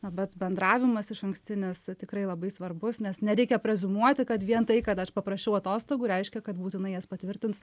na bet bendravimas išankstinis tikrai labai svarbus nes nereikia preziumuoti kad vien tai kad aš paprašiau atostogų reiškia kad būtinai jas patvirtins